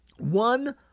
One